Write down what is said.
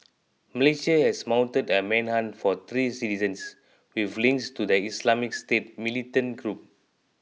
Malaysia has mounted a manhunt for three citizens with links to the Islamic State militant group